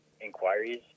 inquiries